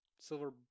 Silver